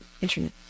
internet